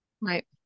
Right